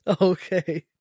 Okay